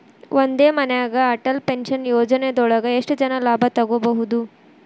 ಒಂದೇ ಮನ್ಯಾಗ್ ಅಟಲ್ ಪೆನ್ಷನ್ ಯೋಜನದೊಳಗ ಎಷ್ಟ್ ಜನ ಲಾಭ ತೊಗೋಬಹುದು?